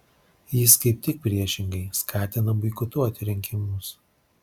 jis kaip tik priešingai skatina boikotuoti rinkimus